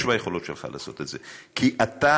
יש ביכולות שלך לעשות את זה, כי בצלע